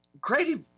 creative